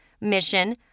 mission